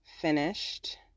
finished